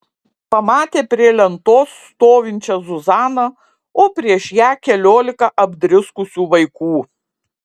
pamatė prie lentos stovinčią zuzaną o prieš ją keliolika apdriskusių vaikų